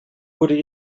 wurde